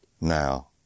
now